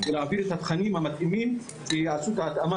להעביר את התכנים המתאימים ולבצע התאמה